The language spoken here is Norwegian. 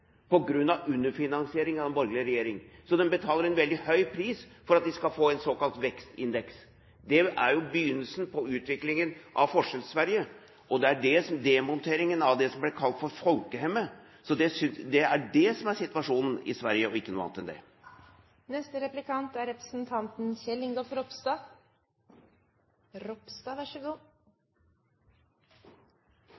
underfinansiering av en borgerlig regjering. Så de betaler en veldig høy pris for at de skal få en såkalt vekstindeks. Det er jo begynnelsen på utviklingen av Forskjells-Sverige, og det er demonteringen av det som ble kalt for folkhemmet. Så det er det som er situasjonen i Sverige, og ikke noe annet enn det. Når representanten